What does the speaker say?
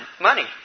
money